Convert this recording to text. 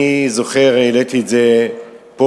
אני זוכר שהעליתי את זה פה,